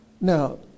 Now